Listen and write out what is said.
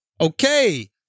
Okay